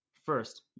first